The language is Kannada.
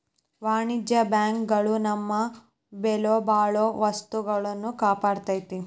ವಾಣಿಜ್ಯ ಬ್ಯಾಂಕ್ ಗಳು ನಮ್ಮ ಬೆಲೆಬಾಳೊ ವಸ್ತುಗಳ್ನ ಕಾಪಾಡ್ತೆತಿ